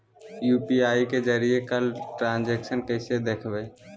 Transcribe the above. UPI के जरिए कैल ट्रांजेक्शन कैसे देखबै?